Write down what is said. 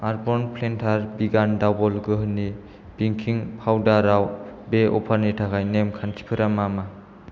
आर्बान प्लेटार बिगान दाबल गोहोनि बेकिं पाउदाराव बे अफारनि थाखाय नेम खान्थिफोरा मा मा